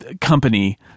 company